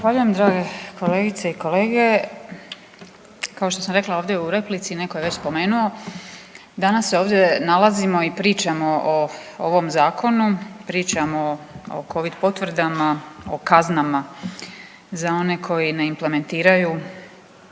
drage kolegice i kolege. Kao što sam rekla ovdje u replici neko je već spomenuo, danas se ovdje nalazimo i pričamo o ovom zakonu, pričamo o covid potvrdama, o kaznama za one koji ne implementiraju